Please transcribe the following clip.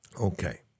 Okay